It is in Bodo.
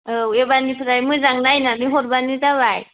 औ एबारनिफ्राय मोजां नायनानै हरबानो जाबाय